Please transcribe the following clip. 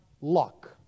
luck